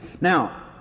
Now